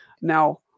Now